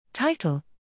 Title